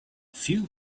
few